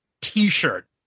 t-shirt